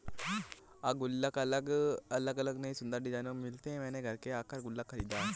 अब गुल्लक अलग अलग और नयी सुन्दर डिज़ाइनों में मिलते हैं मैंने घर के आकर का गुल्लक खरीदा है